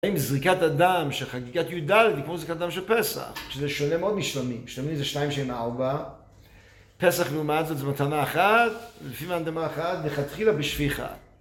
אם זריקת אדם של חגיגת יהודה זה כמו זריקת אדם של פסח שזה שונה מאוד משלמים, משלמים זה שניים שהם ארבע פסח לעומת זאת, זו מתנה אחת לפי מתנה אחת, נתחילה בשפיכה